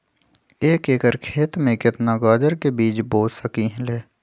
एक एकर खेत में केतना गाजर के बीज बो सकीं ले?